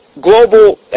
global